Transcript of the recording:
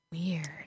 Weird